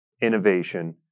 innovation